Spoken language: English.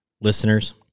listeners